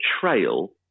trail